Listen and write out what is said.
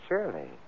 Surely